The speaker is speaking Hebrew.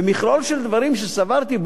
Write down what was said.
במכלול של דברים שסברתי,